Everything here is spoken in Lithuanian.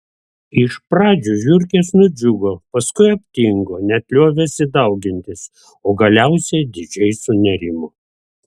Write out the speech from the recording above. iš pradžių žiurkės nudžiugo paskui aptingo net liovėsi daugintis o galiausiai didžiai sunerimo